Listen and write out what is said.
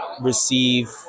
receive